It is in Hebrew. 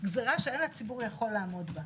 גזירה שאין הציבור יכול לעמוד בה.